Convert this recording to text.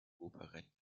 operetten